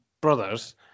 brothers